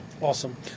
Awesome